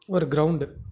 ஒரு கிரௌண்டு